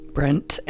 Brent